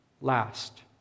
last